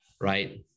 right